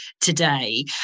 today